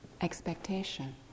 expectation